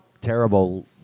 terrible